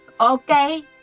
Okay